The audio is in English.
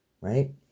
Right